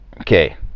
okay